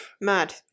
Mad